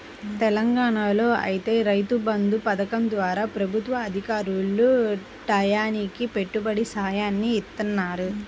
తెలంగాణాలో ఐతే రైతు బంధు పథకం ద్వారా ప్రభుత్వ అధికారులు టైయ్యానికి పెట్టుబడి సాయాన్ని ఇత్తన్నారు